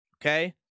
Okay